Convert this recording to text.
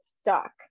stuck